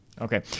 Okay